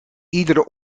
iedere